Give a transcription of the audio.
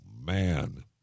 man